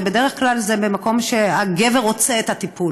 ובדרך כלל זה במקום שהגבר רוצה את הטיפול,